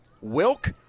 Wilk